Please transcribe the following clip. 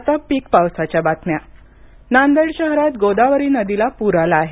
आता पिकपावसाच्या बातम्या नांदेड शहरात गोदावरी नदीला पुर आला आहे